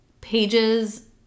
Pages